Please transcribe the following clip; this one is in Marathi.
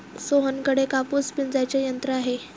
सोहनकडे कापूस पिंजायचे यंत्र आहे